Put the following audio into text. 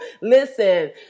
Listen